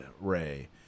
Ray